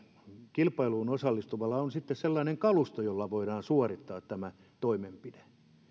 kilpailuun osallistuvalla on sitten sellainen kalusto jolla voidaan suorittaa tämä toimenpide